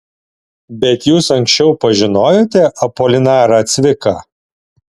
bet jūs anksčiau pažinojote apolinarą cviką